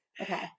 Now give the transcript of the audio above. Okay